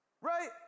right